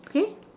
okay